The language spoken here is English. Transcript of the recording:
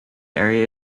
area